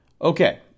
Okay